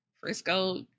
Frisco